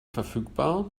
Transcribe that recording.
verfügbar